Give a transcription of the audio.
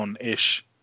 ish